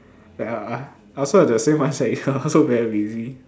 ya I also have the same mindset ya I also very lazy